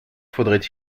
faudrait